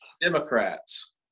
Democrats